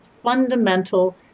fundamental